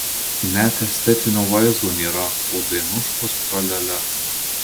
net estetinio vaizdo nėra o dainuškos tra lia lia